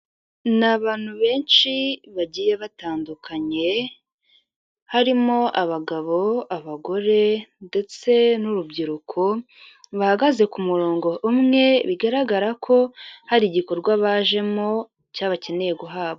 Ni abantu benshi bagiye batandukanye harimo abagabo, abagore ndetse n'urubyiruko; bahagaze ku murongo umwe, bigaragara ko hari igikorwa bajemo cyo bakeneye guhabwa.